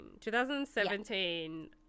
2017